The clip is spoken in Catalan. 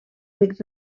ric